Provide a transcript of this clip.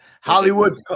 Hollywood